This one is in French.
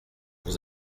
vous